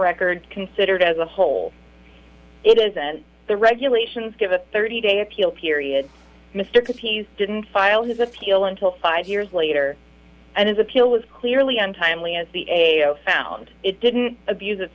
record considered as a whole it isn't the regulations give a thirty day appeal period mr compiz didn't file his appeal until five years later and his appeal was clearly untimely as the a o found it didn't abuse